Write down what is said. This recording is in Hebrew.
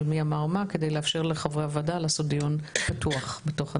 של מי אמר מה כדי לאפשר לחברי הוועדה לעשות דיון פתוח בתוך הדבר.